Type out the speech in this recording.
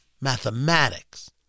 mathematics